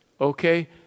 okay